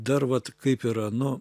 dar vat kaip yra nu